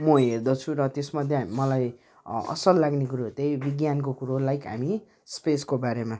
म हेर्दछु र त्यसमध्ये मलाई असल लाग्ने कुरोहरू चाहिँ विज्ञानको कुरो लाइक हामी स्पेसको बारेमा